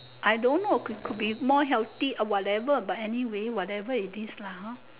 I don't know could be more healthy whatever but anyway whatever it is lah know